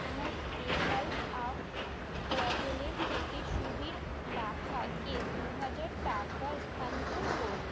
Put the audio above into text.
আমার পেজাল্ট অফ ওয়াটেলের থেকে সুবীর লাহাকে দু হাজার টাকা স্থানান্তর করুন